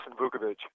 Vukovic